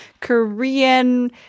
Korean